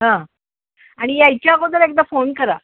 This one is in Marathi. हां आणि यायच्या अगोदर एकदा फोन करा